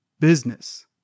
business